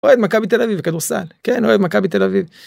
אוהד מכבי תל אביב בכדורסל כן אוהד מכבי תל אביב.